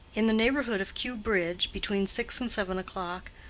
in the neighborhood of kew bridge, between six and seven o'clock,